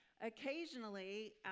occasionally